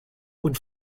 und